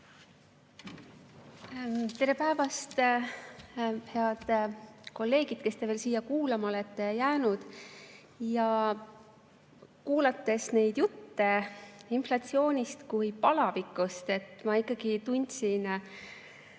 Tere päevast, head kolleegid, kes te veel siia kuulama olete jäänud! Kuulates neid jutte inflatsioonist kui palavikust, ma ikkagi tundsin